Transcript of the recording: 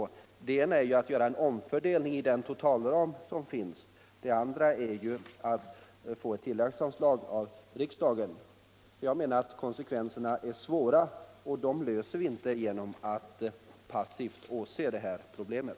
Den — vapenfri tjänst ena är att göra en omfördelning i den totalram som finns. Den andra är att få tilläggsanslag av riksdagen. Jag vet att konsekvenserna kan bli svåra, och vi löser inte frågan genom att passivt åse problemen.